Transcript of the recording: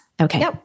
Okay